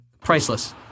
priceless